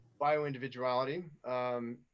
bioindividuality